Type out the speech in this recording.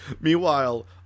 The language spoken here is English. Meanwhile